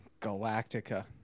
Galactica